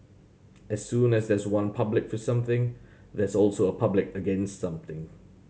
as soon as there's one public for something there's also a public against something